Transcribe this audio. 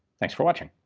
thanks for watching.